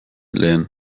lehen